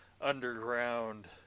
underground